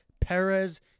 Perez